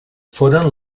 foren